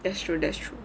that's true that's true